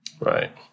Right